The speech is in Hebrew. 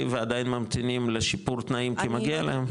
ועדיין ממתינים לשיפור תנאים כי מגיע להם?